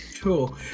Cool